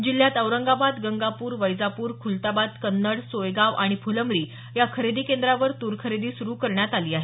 जिल्ह्यात औरंगाबाद गंगापूर वैजापूर खूलताबाद कन्नड सोयगाव फुलंब्री या खरेदी केंद्रावर तूर खरेदी सुरु करण्यात आली आहे